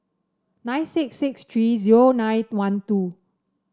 nine six six three zero nine one two